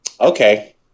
Okay